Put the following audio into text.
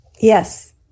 yes